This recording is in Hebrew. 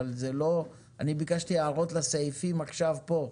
אבל אני ביקשתי הערות לסעיפים עכשיו פה.